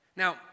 Now